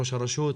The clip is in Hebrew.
ראש הרשות,